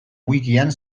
wikian